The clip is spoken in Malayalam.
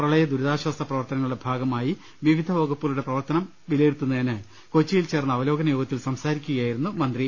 പ്രളയ ദുരിതാശ്ചാസ പ്രവർത്തനങ്ങളുടെ ഭാഗമായി വിവിധ വകുപ്പുകളുടെ പ്രവർത്തനം വിലയിരുത്തുന്നതിന് കൊച്ചിയിൽ ചേർന്ന അവലോകന യോഗത്തിൽ സംസാരിക്കുകയായിരുന്നു മന്ത്രി